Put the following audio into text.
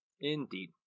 Indeed